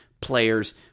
players